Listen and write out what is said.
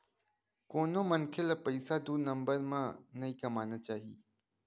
कोनो मनखे ल पइसा दू नंबर म नइ कमाना चाही